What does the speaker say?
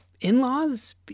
in-laws